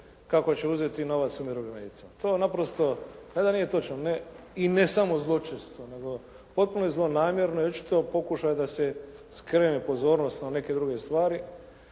kako će uzeti novac umirovljenicima. To naprosto ne da nije točno i ne samo zločesto, nego potpuno je zlonamjerno i očito pokušaj da se skrene pozornost na neke druge stvari.